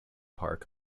park